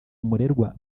umurerwa